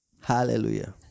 Hallelujah